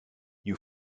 you